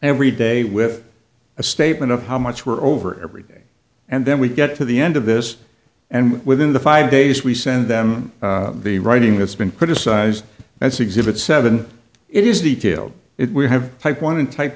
every day with a statement of how much we're over every day and then we get to the end of this and within the five days we send them the writing that's been criticized as exhibit seven it is detailed it we have type one and type